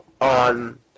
on